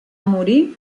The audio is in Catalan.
morir